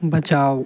बचाओ